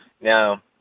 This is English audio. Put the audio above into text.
Now